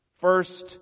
First